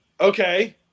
okay